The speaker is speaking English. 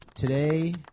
Today